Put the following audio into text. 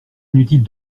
inutile